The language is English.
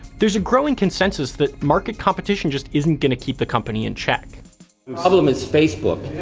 there's a growing consensus that market competition just isn't gonna keep the company in check. the problem is facebook.